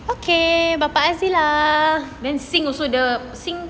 then sink also dia sink